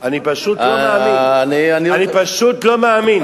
אני פשוט לא מאמין, אני פשוט לא מאמין.